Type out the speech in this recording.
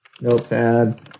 Notepad